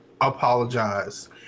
apologize